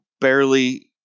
barely